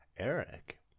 Eric